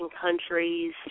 countries